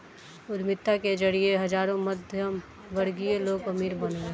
उद्यमिता के जरिए हजारों मध्यमवर्गीय लोग अमीर बन गए